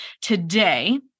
today